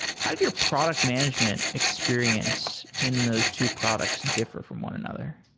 how did your product management experience in those two products differ from one another?